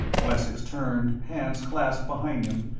wessex turned, hands clasped behind him,